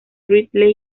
ridley